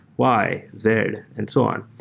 y, z and so on,